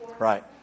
Right